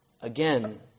again